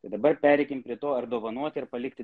tai dabar pereikime prie to ar dovanoti ir palikti